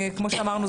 כמו שאמרנו,